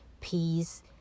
peace